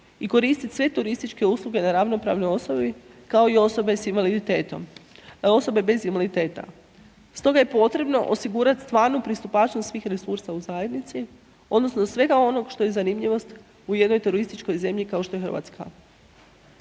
i koristiti sve turističke usluge na ravnopravnoj osnovi kao i osobe bez invaliditeta stoga je potrebno osigurati stvarnu pristupačnost svih resursa u zajednici odnosno iz svega onog što je zanimljivost u jednoj turističkoj zemlji kao što je Hrvatska.